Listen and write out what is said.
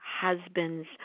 husbands